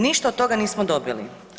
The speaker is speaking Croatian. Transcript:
Ništa od toga nismo dobili.